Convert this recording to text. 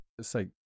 say